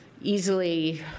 easily